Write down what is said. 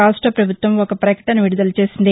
రాష్ట ప్రభుత్వం ఒక ప్రకటన విడుదల చేసింది